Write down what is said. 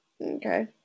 Okay